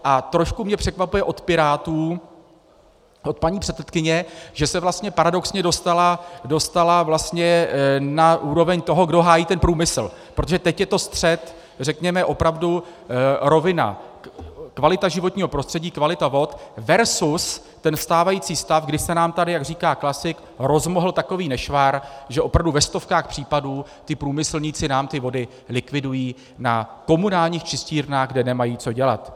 A trošku mě překvapuje od Pirátů, od paní předsedkyně, že se paradoxně dostala vlastně na úroveň toho, kdo hájí průmysl, protože teď je to střet řekněme opravdu rovina kvalita životního prostředí, kvalita vod versus stávající stav, kdy se nám tady, jak říká klasik, rozmohl takový nešvar, že opravdu ve stovkách případů ti průmyslníci nám ty vody likvidují na komunálních čistírnách, kde nemají co dělat.